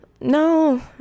no